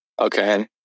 Okay